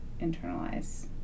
internalize